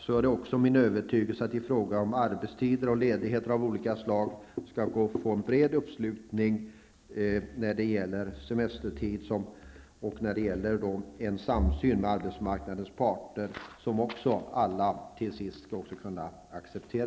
Det är också min övertygelse att det i fråga om arbetstider, ledigheter och semester skall gå att nå en bred uppslutning kring förslagen, som också alla skall kunna acceptera, och en samsyn med arbetsmarknadens parter.